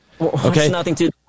Okay